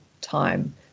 time